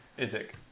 Isaac